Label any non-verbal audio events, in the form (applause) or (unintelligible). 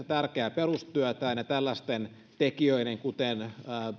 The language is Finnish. (unintelligible) tärkeää perustyötään ja tällaisten tekijöiden kuten